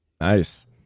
Nice